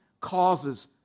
causes